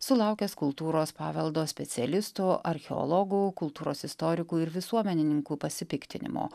sulaukęs kultūros paveldo specialistų archeologų kultūros istorikų ir visuomenininkų pasipiktinimo